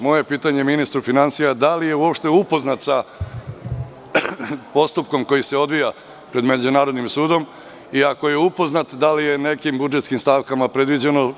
Moje pitanje ministru finansija je – da li je uopšte upoznat sa postupkom koji se odvija pred Međunarodnim sudom i ako je upoznat, da li je nekim budžetskim stavkama predviđeno?